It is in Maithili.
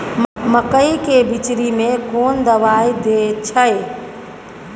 मकई के बिचरी में कोन दवाई दे छै?